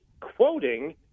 quoting